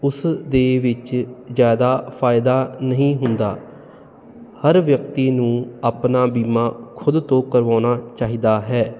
ਉਸ ਦੇ ਵਿੱਚ ਜਿਆਦਾ ਫਾਇਦਾ ਨਹੀਂ ਹੁੰਦਾ ਹਰ ਵਿਅਕਤੀ ਨੂੰ ਆਪਣਾ ਬੀਮਾ ਖੁਦ ਤੋਂ ਕਰਵਾਉਣਾ ਚਾਹੀਦਾ ਹੈ